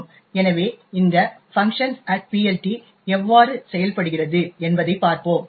எனவே இந்த func PLT எவ்வாறு செயல்படுகிறது என்பதைப் பார்ப்போம்